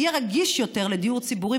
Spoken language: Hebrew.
יהיה רגיש יותר לדיור ציבורי,